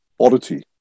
oddity